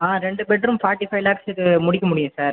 ஆ ரெண்டு bedroom forty five லேக்ஸுக்கு முடிக்க முடியும் சார்